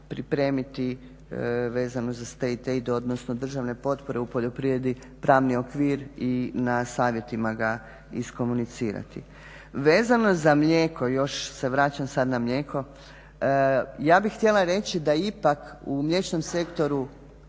pripremiti vezano za state aid odnosno državne potpore u poljoprivredi, pravni okvir i na savjetima ga iskomunicirati. Vezano za mlijeko još se vraćam sad na mlijeko ja bih htjela reći da ipak u mliječnom sektoru